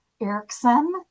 Erickson